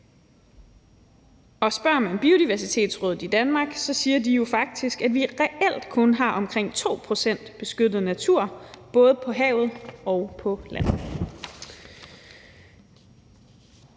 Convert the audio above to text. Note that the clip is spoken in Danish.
Og spørger man Biodiversitetsrådet i Danmark, siger de jo faktisk, at vi reelt kun har omkring 2 pct. beskyttet natur, både på havet og på land.